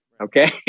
Okay